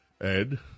Ed